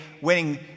winning